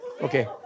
Okay